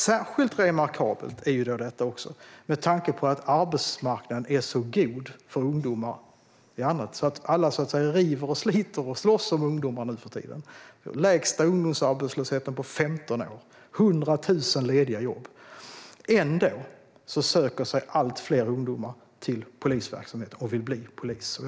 Särskilt remarkabelt är detta med tanke på att arbetsmarknaden är så god för ungdomar. Alla river och sliter och slåss om ungdomar nu för tiden. Vi har den lägsta ungdomsarbetslösheten på 15 år och 100 000 lediga jobb. Ändå söker sig allt fler ungdomar till polisverksamhet och vill bli poliser.